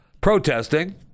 protesting